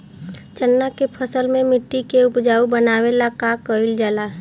चन्ना के फसल में मिट्टी के उपजाऊ बनावे ला का कइल जाला?